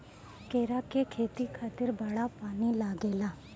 केरा के खेती खातिर बड़ा पानी लागेला